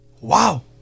Wow